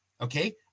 Okay